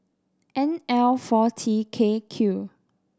N L four T K Q